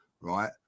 right